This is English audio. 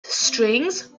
strings